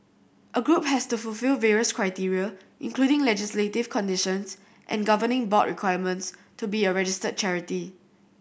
a group has to fulfil various criteria including legislative conditions and governing board requirements to be a registered charity